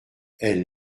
elle